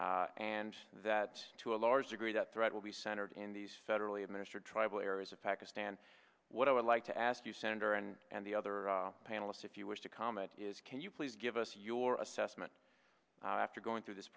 threats and that to a large degree that threat will be centered in these federally administered tribal areas of pakistan what i would like to ask you senator and and the other panelists if you wish to comment is can you please give us your assessment after going through this